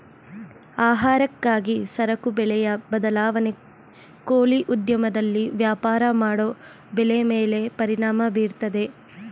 ಆಹಾರಕ್ಕಾಗಿ ಸರಕು ಬೆಲೆಯ ಬದಲಾವಣೆ ಕೋಳಿ ಉದ್ಯಮದಲ್ಲಿ ವ್ಯಾಪಾರ ಮಾಡೋ ಬೆಲೆ ಮೇಲೆ ಪರಿಣಾಮ ಬೀರ್ತದೆ